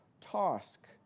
task